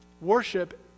worship